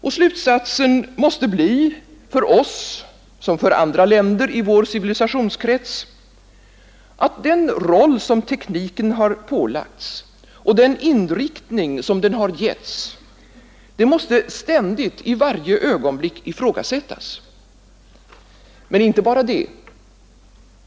Och slutsatsen måste bli, för oss som för andra länder i vår civilisationskrets, att den roll som tekniken pålagts och den inriktning som den har givits ständigt, i varje ögonblick, måste ifrågasättas. Men inte bara det.